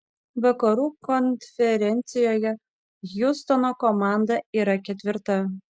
vakarų konferencijoje hjustono komanda yra ketvirta